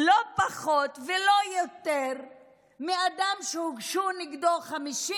לא פחות ולא יותר מאדם שהוגשו נגדו 52